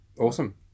awesome